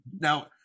Now